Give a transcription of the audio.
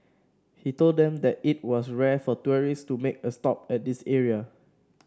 he told them that it was rare for tourists to make a stop at this area